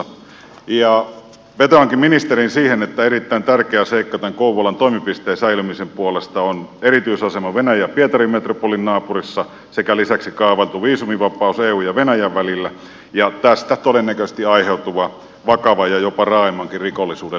vetoankin ministeriin siinä että erittäin tärkeä seikka tämän kouvolan toimipisteen säilymisen kannalta on erityisasema venäjän pietari metropolin naapurissa sekä lisäksi kaavailtu viisumivapaus eun ja venäjän välillä ja tästä todennäköisesti aiheutuva vakavan ja jopa raaemmankin rikollisuuden lisääntyminen